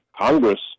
Congress